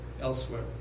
elsewhere